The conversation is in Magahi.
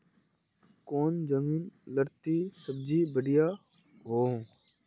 कौन जमीन लत्ती सब्जी बढ़िया हों?